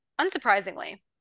unsurprisingly